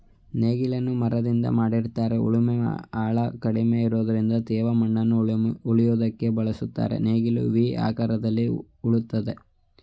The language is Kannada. ನೇಗಿಲನ್ನು ಮರದಿಂದ ಮಾಡಿರ್ತರೆ ಉಳುವ ಆಳ ಕಡಿಮೆ ಇರೋದ್ರಿಂದ ತೇವ ಮಣ್ಣನ್ನು ಉಳೋದಕ್ಕೆ ಬಳುಸ್ತರೆ ನೇಗಿಲು ವಿ ಆಕಾರದಲ್ಲಿ ಉಳ್ತದೆ